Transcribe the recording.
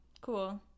cool